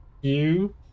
you